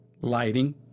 lighting